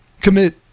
commit